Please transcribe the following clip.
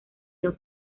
bien